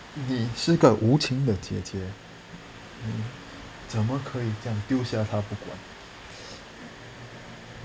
你是个无情的姐姐怎么可以这样丢下她不管